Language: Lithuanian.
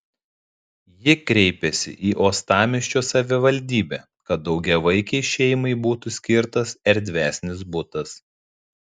ji kreipėsi į uostamiesčio savivaldybę kad daugiavaikei šeimai būtų skirtas erdvesnis butas